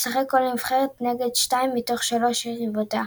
תשחק כל נבחרת נגד שתיים מתוך שלוש יריבותיה,